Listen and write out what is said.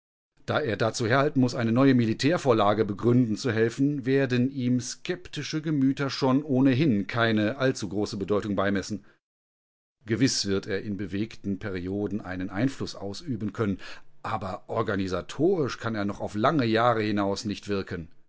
da er dazu herhalten muß eine neue militärvorlage begründen zu helfen werden ihm skeptische gemüter schon ohnehin keine allzu große bedeutung beimessen gewiß wird er in bewegten perioden einen einfluß ausüben können aber organisatorisch kann er noch auf lange jahre hinaus nicht wirken